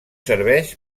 serveix